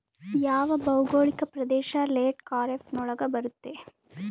ಯಾವ ಭೌಗೋಳಿಕ ಪ್ರದೇಶ ಲೇಟ್ ಖಾರೇಫ್ ನೊಳಗ ಬರುತ್ತೆ?